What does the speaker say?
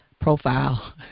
profile